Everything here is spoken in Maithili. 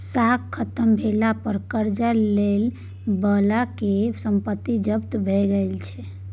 साख खत्म भेला पर करजा लए बलाक संपत्ति जब्त भए जाइ छै